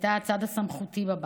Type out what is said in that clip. הייתה הצד הסמכותי בבית,